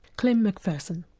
klim mcpherson.